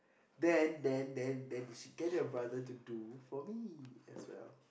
then then then then you should get your brother to do for me as well